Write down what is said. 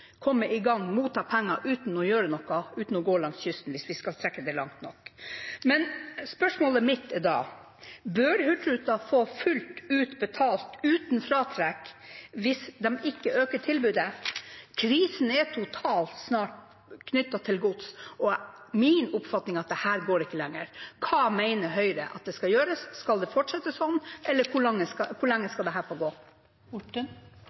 komme i gang og motta penger uten å gjøre noe, uten å gå langs kysten – hvis en strekker det langt nok. Spørsmålet mitt er da: Bør Hurtigruten få fullt ut betalt, uten fratrekk, hvis de ikke øker tilbudet? Krisen er snart total knyttet til gods, og min oppfatning er at dette ikke går lenger. Hva mener Høyre skal gjøres? Skal en fortsette slik, eller hvor lenge skal dette få gå?